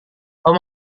tom